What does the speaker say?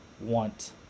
want